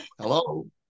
Hello